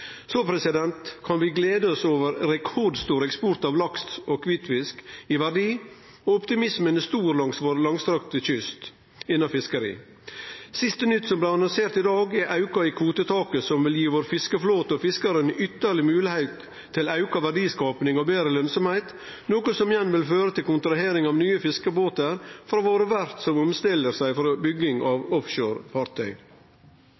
Så kan vi glede oss over rekordstor eksport av laks og kvitfisk i verdi, og optimismen er stor langs den langstrakte kysten vår innanfor fiskeria. Siste nytt, som blei annonsert i dag, er auken i kvotetaket som vil gi fiskeflåten vår og fiskarane ytterlegare moglegheit til auka verdiskaping og betre lønsemd, noko som igjen vil føre til kontrahering av nye fiskebåtar frå verfta våre som omstiller seg frå bygging